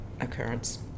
occurrence